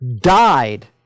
died